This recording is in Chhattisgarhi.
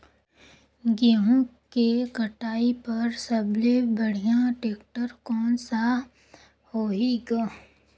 गहूं के कटाई पर सबले बढ़िया टेक्टर कोन सा होही ग?